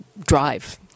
drive